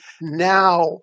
now